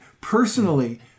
Personally